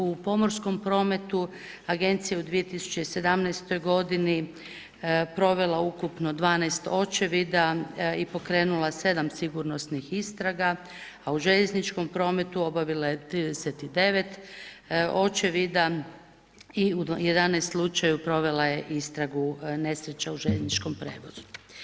U pomorskom prometu Agencija je u 2017. godini provela ukupno 12 očevida i pokrenula 7 sigurnosnih istraga, a u željezničkom prometu obavila je 39 očevida i u 11 slučaja provela je istragu nesreća u željezničkom prijevozu.